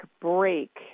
break